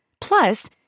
Plus